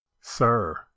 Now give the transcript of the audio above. sir